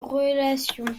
relations